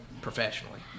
professionally